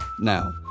Now